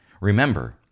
Remember